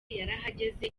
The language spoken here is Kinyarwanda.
yarahageze